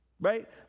right